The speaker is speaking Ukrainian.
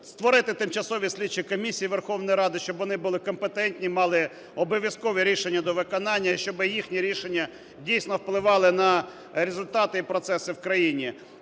створити тимчасові слідчі комісії Верховної Ради, щоб вони були компетентні, мали обов'язкові рішення до виконання, щоби їхні рішення дійсно впливали на результати і процеси в країні.